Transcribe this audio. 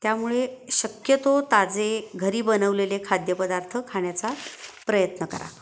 त्यामुळे शक्यतो ताजे घरी बनवलेले खाद्यपदार्थ खाण्याचा प्रयत्न करा